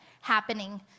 happening